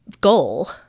goal